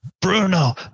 Bruno